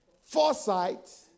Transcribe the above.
foresight